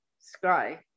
Sky